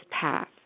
path